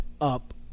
up